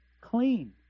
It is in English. clean